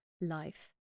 life